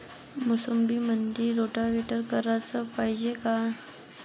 मोसंबीमंदी रोटावेटर कराच पायजे का?